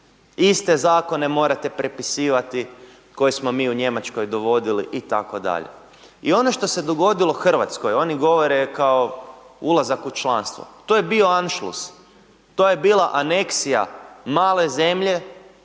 Iste zakone morate prepisivati koje smo mi u Njemačkoj dovodili itd.. I ono što se dogodilo Hrvatskoj, oni govore kao ulazak u članstvo, to je bio anšlus. To je bila aneksija male zemlje